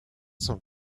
cent